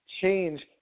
change